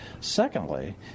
Secondly